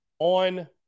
On